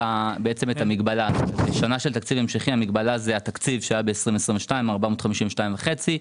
המגבלה השנה זה התקציב שהיה ב-2022, 452.5,